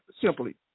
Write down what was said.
simply